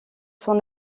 son